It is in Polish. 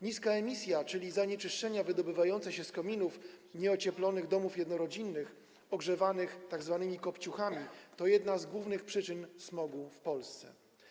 Niska emisja, czyli zanieczyszczenia wydobywające się z kominów nieocieplonych domów jednorodzinnych ogrzewanych tzw. kopciuchami, to jedna z głównych przyczyn smogu w Polsce.